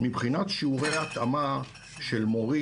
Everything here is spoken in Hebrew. מבחינת שיעורי התאמה של מורים,